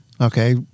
Okay